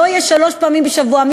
לא תהיה שלוש פעמים בשבוע,